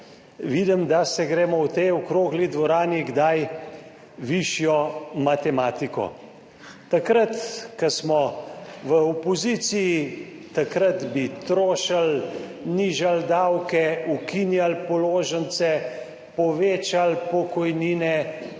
vidim, da se gremo v tej okrogli dvorani kdaj višjo matematiko. Takrat, ko smo v opoziciji, takrat bi trošili, nižali davke, ukinjali položnice, povečali pokojnine,